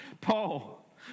Paul